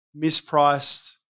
mispriced